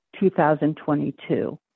2022